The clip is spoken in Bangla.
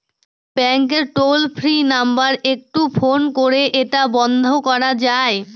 ব্যাংকের টোল ফ্রি নাম্বার একটু ফোন করে এটা বন্ধ করা যায়?